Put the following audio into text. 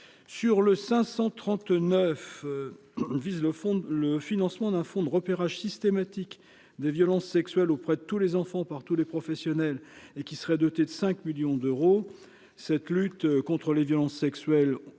sur le 539 vise le fond, le financement d'un fonds de repérage systématique des violences sexuelles auprès de tous les enfants, par tous les professionnels et qui serait doté de 5 millions d'euros, cette lutte contre les violences sexuelles,